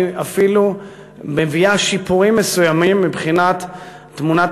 היא אפילו מביאה שיפורים מסוימים מבחינת תמונת